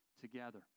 together